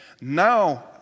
Now